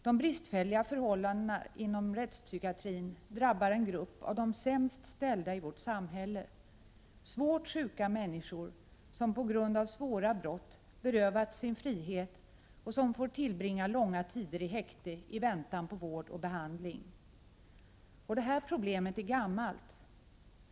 De bristfälliga förhållandena inom rättspsykiatrin drabbar en grupp av de sämst ställda i vårt samhälle: svårt sjuka människor som på grund av svåra brott berövats sin frihet och får tillbringa långa tider i häkte i väntan på vård och behandling. Problemet är gammalt.